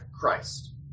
Christ